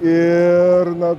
ir na